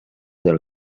del